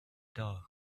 dough